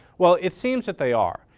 well, it seems that they are.